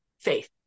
faith